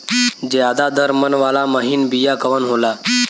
ज्यादा दर मन वाला महीन बिया कवन होला?